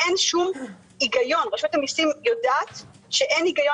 אין שום היגיון רשות המיסים יודעת שאין היגיון